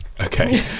Okay